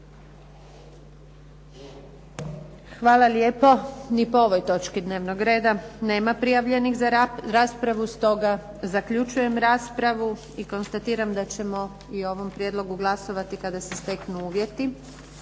Hvala lijepo. Ni po ovoj točki dnevnog reda nema prijavljenih za raspravu. Stoga zaključujem raspravu. I konstatiram da ćemo i o ovom prijedlogu glasovati kada se steknu uvjeti.